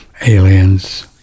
aliens